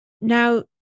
now